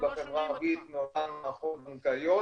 בחברה ערבית --- אנחנו לא שומעים אותך.